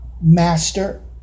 master